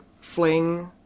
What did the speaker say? fling